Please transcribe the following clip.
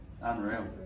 Unreal